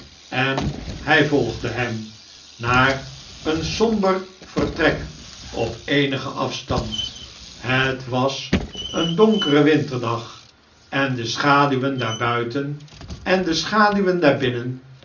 en hij volgde hem naar een somber vertrek op eenigen ai'stand het was een donkere winterdag endeschaduwen daarbuiten en de schaduwen